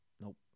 Nope